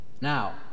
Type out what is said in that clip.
Now